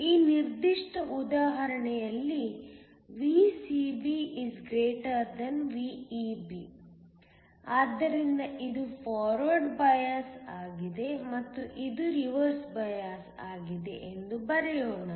ಈ ನಿರ್ದಿಷ್ಟ ಉದಾಹರಣೆಯಲ್ಲಿ VCB VEB ಆದ್ದರಿಂದ ಇದು ಫಾರ್ವರ್ಡ್ ಬಯಾಸ್ಆಗಿದೆ ಮತ್ತು ಇದು ರಿವರ್ಸ್ ಬಯಾಸ್ ಆಗಿದೆ ಎಂದು ಬರೆಯೋಣ